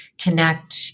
connect